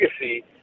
legacy